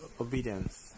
obedience